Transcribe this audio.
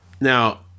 Now